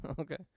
Okay